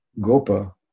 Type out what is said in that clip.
Gopa